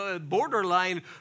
borderline